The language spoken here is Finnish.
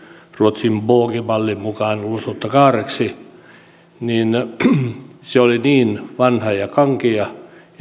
ruotsin båge mallin mukaan ulosottokaareksi oli niin vanha ja kankea että